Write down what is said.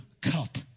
cup